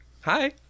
hi